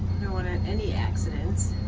don't want ah any accidents.